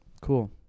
Cool